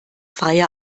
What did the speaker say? freie